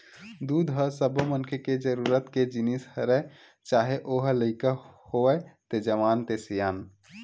दूद ह सब्बो मनखे के जरूरत के जिनिस हरय चाहे ओ ह लइका होवय ते जवान ते सियान